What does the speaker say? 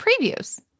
previews